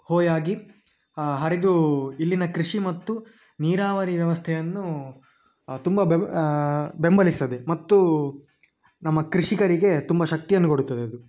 ಹಾಯಾಗಿ ಹರಿದು ಇಲ್ಲಿನ ಕೃಷಿ ಮತ್ತು ನೀರಾವರಿ ವ್ಯವಸ್ಥೆಯನ್ನು ತುಂಬ ಬೆವ ಬೆಂಬಲಿಸ್ತದೆ ಮತ್ತು ನಮ್ಮ ಕೃಷಿಕರಿಗೆ ತುಂಬ ಶಕ್ತಿಯನ್ನು ಕೊಡುತ್ತದೆ ಅದು